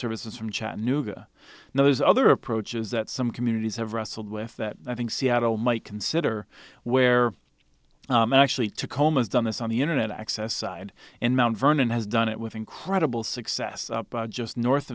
services from chattanooga and those other approaches that some communities have wrestled with that i think seattle might consider where actually tacoma's done this on the internet access side in mt vernon has done it with incredible success just north